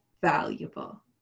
valuable